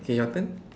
okay your turn